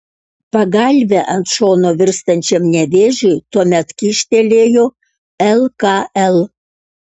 pagalvę ant šono virstančiam nevėžiui tuomet kyštelėjo lkl